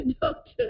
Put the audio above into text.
doctor